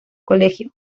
colegio